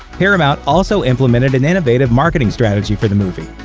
paramount also implemented an innovative marketing strategy for the movie,